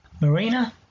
Marina